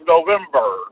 November